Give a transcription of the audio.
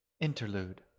Interlude